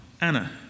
Anna